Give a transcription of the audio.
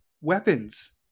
weapons